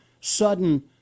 sudden